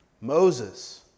Moses